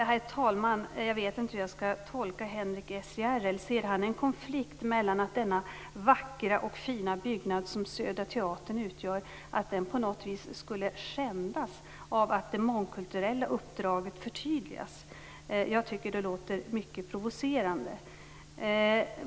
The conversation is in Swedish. Herr talman! Jag vet inte hur jag skall tolka Henrik S Järrel. Upplever han att den vackra och fina byggnad som Södra Teatern utgör på något vis skulle skändas av att det mångkulturella uppdraget förtydligas? Jag tycker att det låter mycket provocerande.